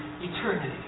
eternity